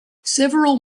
several